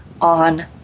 on